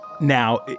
Now